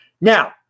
now